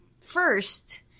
first